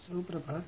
સુપ્રભાત